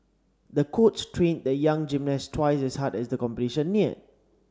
the coach trained the young gymnast twice as hard as the competition neared